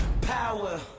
power